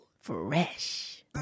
Fresh